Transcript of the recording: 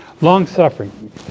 Long-suffering